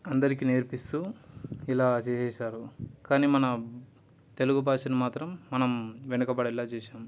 అందరికి నేర్పిస్తూ ఇలా చేసేసారు కానీ మన తెలుగు భాషను మాత్రం మనం వెనకబడేలా చేసాం